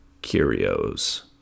Curios